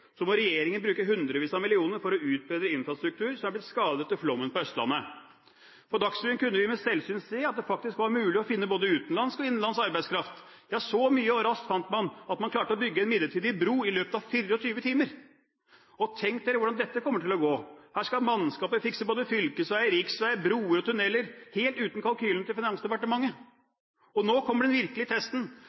må bruke hundrevis av millioner for å utbedre infrastruktur som er blitt skadet etter flommen på Østlandet. På Dagsrevyen kunne vi ved selvsyn se at det faktisk var mulig å finne både utenlandsk og innenlandsk arbeidskraft. Ja, så mye og raskt fant man at man klarte å bygge en midlertidig bro i løpet av 24 timer. Og tenk dere hvordan dette kommer til å gå. Her skal mannskaper fikse både fylkesveier, riksveier, broer og tunneler, helt uten kalkylene til Finansdepartementet! Og nå kommer den virkelige testen,